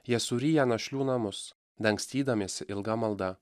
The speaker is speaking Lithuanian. jie suryja našlių namus dangstydamiesi ilga malda